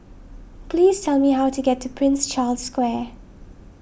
please tell me how to get to Prince Charles Square